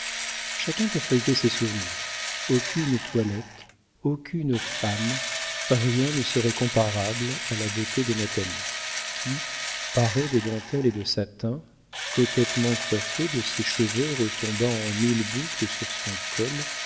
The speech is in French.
chacun peut feuilleter ses souvenirs aucune toilette aucune femme rien ne serait comparable à la beauté de natalie qui parée de dentelles et de satin coquettement coiffée de ses cheveux retombant en mille boucles sur son cou